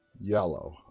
Yellow